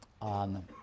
on